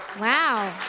Wow